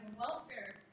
welfare